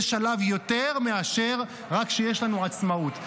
זה שלב יותר מאשר רק כשיש לנו עצמאות.